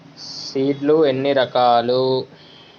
Seed లు ఎన్ని రకాలు?